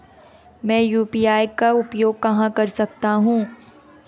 मैं यू.पी.आई का उपयोग कहां कर सकता हूं?